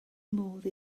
modd